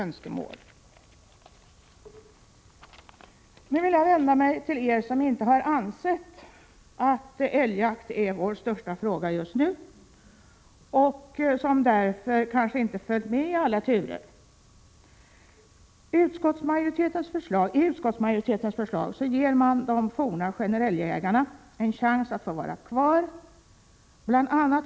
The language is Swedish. Nu vill jag vända mig till er som inte har ansett att älgjakt är vår största fråga just nu och som därför kanske inte har följt med i alla turer. I utskottsmajoritetens förslag ger man de forna ”generelljägarna” en chans att få vara kvar. Utskottet skriver: ”BIl.